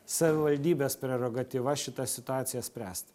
savivaldybės prerogatyva šitą situaciją spręsti